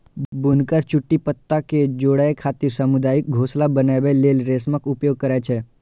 बुनकर चुट्टी पत्ता कें जोड़ै खातिर सामुदायिक घोंसला बनबै लेल रेशमक उपयोग करै छै